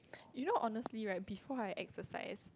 you know honestly right before I exercise